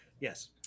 Yes